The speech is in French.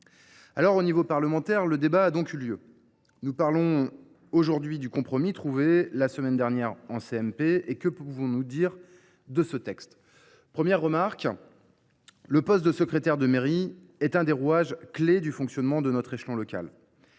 Au sein du Parlement, le débat a donc eu lieu. Nous parlons aujourd’hui du compromis trouvé la semaine dernière en CMP. Que pouvons nous dire de ce texte ? Premièrement, le poste de secrétaire de mairie est l’un des rouages clés du fonctionnement de notre échelon local.